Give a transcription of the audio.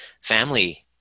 family